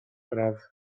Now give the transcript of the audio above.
praw